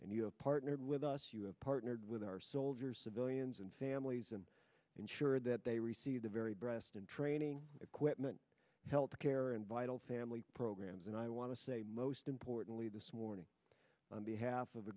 and you have partnered with us you have partnered with our soldiers civilians and families and ensure that they receive the very breast and training equipment health care and vital family programs and i want to say most importantly this morning on behalf of the